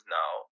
now